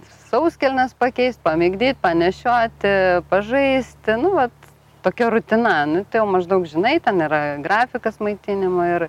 sauskelnes pakeist pamigdyt panešioti pažaisti nu vat tokia rutina nu tai jau maždaug žinai ten yra grafikas maitinimo ir